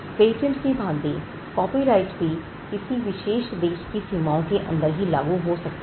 patent की भांति copyright की भी किसी विशेष देश की सीमाओं के अंदर ही लागू हो सकता था